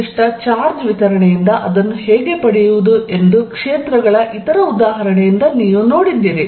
ನಿರ್ದಿಷ್ಟ ಚಾರ್ಜ್ ವಿತರಣೆಯಿಂದ ಅದನ್ನು ಹೇಗೆ ಪಡೆಯುವುದು ಎಂದು ಕ್ಷೇತ್ರಗಳ ಇತರ ಉದಾಹರಣೆಯಿಂದ ನೀವು ನೋಡಿದ್ದೀರಿ